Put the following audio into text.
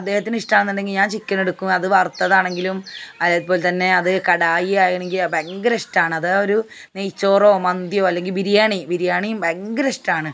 അദ്ദേഹത്തിന് ഇഷ്ടമാണെന്നുണ്ടെങ്കിൽ ഞാൻ ചിക്കനെടുക്കും അത് വറുത്തതാണെങ്കിലും അതേപോലെ തന്നെ അത് കടായിയാണെങ്കിൽ അത് ഇഷ്ടമാണ് അത് ഒരു നെയ് ചോറോ മന്തിയോ അല്ലെങ്കിൽ ബിരിയാണി ബിരിയാണിയും ഭയങ്കരിഷ്ടമാണ്